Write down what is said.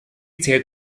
zählt